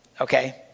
Okay